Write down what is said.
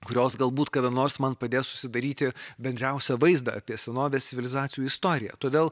kurios galbūt kada nors man padės susidaryti bendriausią vaizdą apie senovės civilizacijų istoriją todėl